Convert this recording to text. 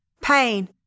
pain